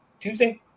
Tuesday